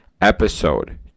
episode